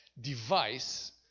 device